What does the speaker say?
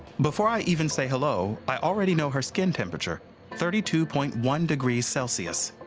before i even say hello, i already know her skin temperature thirty two point one degrees celsius.